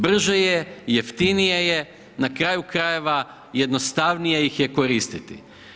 Brže je jeftinije je, na kraju krajeva jednostavnije ih je koristiti.